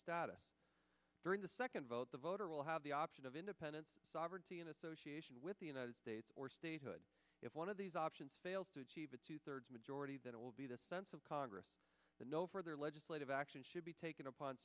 status during the second vote the voter will have the option of independence sovereignty in association with the united states or statehood if one of these options fails to achieve a two thirds majority that will be the sense of congress no further legislative action should be taken upon